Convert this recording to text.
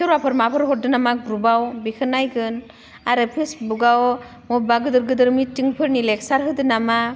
सोरबाफोर माबाफोर हरदों नामा ग्रुपआव बेखो नायगोन आरो फेसबुकाव अबेबा गोदोर गोदोर मिटिंफोरनि लेकचार होदो नामा